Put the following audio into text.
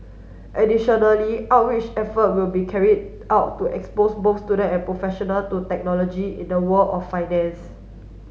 additionally outreach effort will be carried out to expose both student and professional to technology in the world of finance